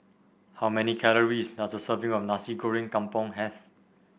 how many calories does a serving of Nasi Goreng Kampung have